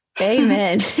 Amen